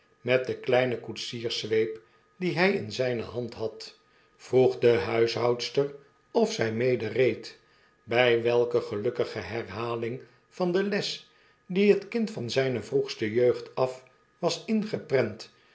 met de kleine koetsiers zweep die hj in zyne hand had vroeg de huishoudster of zg medereed by welke gelukkige herhaling van de les die het kind van zijne vroegste jeugd af was ingeprent